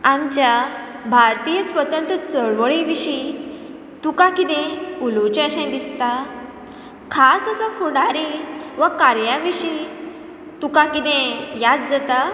आमच्या भारतीय स्वतंत्र चळवळी विशीं तुका कितें उलोवचें अशें दिसता खास असो फुडारी वो कार्या विशीं तुका कितें याद जाता